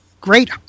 great